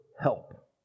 help